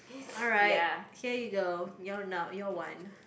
alright here you go you're not you're one